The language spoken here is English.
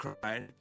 cried